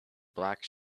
black